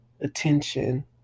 attention